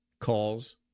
calls